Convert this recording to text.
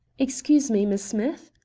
excuse me, miss smith,